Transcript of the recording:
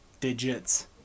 digits